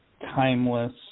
timeless